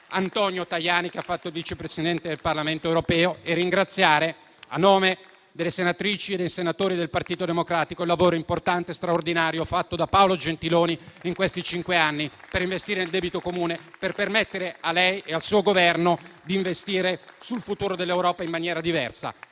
Antonio Tajani, che è stato Presidente del Parlamento europeo. E vorrei ringraziare, a nome delle senatrici e dei senatori del Partito Democratico, il lavoro importante e straordinario fatto da Paolo Gentiloni in questi cinque anni, per investire nel debito comune, per permettere a lei e al suo Governo di investire sul futuro dell'Europa in maniera diversa.